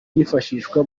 yifashishwa